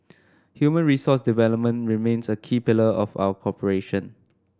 human resource development remains a key pillar of our cooperation